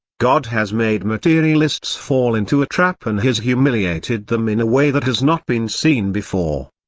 god has made materialists fall into a trap and has humiliated them in a way that has not been seen before.